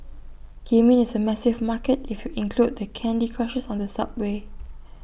gaming is A massive market if you include the candy Crushers on the subway